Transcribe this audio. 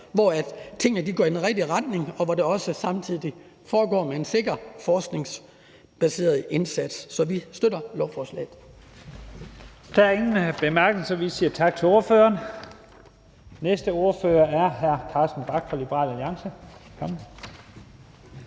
hvor tingene går i den rigtige retning, og hvor der også samtidig foregår en sikker forskningsbaseret indsats. Så vi støtter lovforslaget. Kl. 15:06 Første næstformand (Leif Lahn Jensen): Der er ingen korte bemærkninger, så vi siger tak til ordføreren. Den næste ordfører er hr. Carsten Bach fra Liberal Alliance.